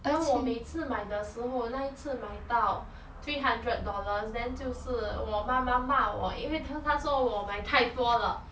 then 我每次买的时候那一次买到 three hundred dollars then 就是我妈妈骂我因为听她说我买太多了